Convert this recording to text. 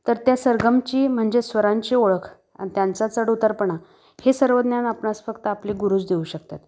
तर त्या सरगमची म्हणजे स्वरांची ओळख आणि त्यांचा चढउतारपणा हे सर्व ज्ञान आपणास फक्त आपले गुरुचं देऊ शकतात